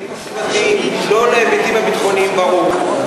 להיבטים הסביבתיים, לא להיבטים הביטחוניים באו"ם.